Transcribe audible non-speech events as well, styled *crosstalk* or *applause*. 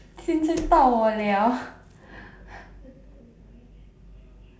青春到我了 *laughs*